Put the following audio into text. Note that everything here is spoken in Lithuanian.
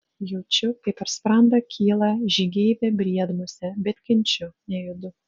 jaučiu kaip per sprandą kyla žygeivė briedmusė bet kenčiu nejudu